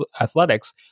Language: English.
athletics